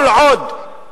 כל עוד,